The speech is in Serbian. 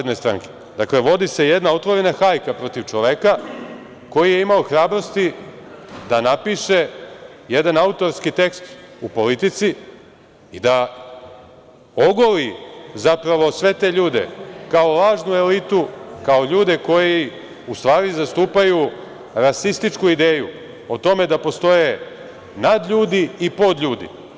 Dakle, vodi se jedna otvorena hajka protiv čoveka koji je imao hrabrosti da napiše jedan autorski tekst u „Politici“ i da ogoli sve te ljude kao lažnu elitu, kao ljude koji, u stvari, zastupaju rasističku ideju, o tome da postoje nadljudi i podljudi.